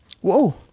Whoa